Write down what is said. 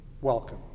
Welcome